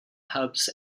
hubs